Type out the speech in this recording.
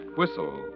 whistle